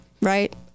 right